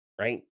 right